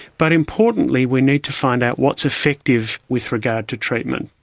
but importantly we need to find out what's effective with regard to treatment.